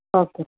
okay